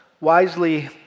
wisely